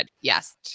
yes